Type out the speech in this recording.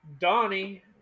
donnie